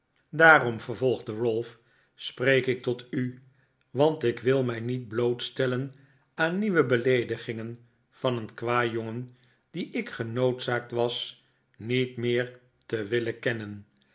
daarom vervolgde ralph spreek ik tot u want ik wil mij niet blootstellen aan nieuwe beleedigingen van een kwajongen dien i k genoodzaakt was niet meer te willen kennen